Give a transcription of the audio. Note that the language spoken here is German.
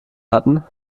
hatten